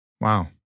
Wow